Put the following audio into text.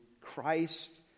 Christ